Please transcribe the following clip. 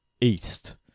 East